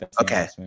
Okay